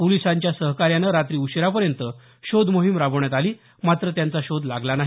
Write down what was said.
पोलिसांच्या सहकार्यानं रात्री उशिरापर्यंत शोध मोहिम राबवण्यात आली मात्र त्यांचा शोध लागला नाही